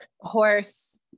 Horse